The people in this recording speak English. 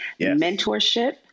mentorship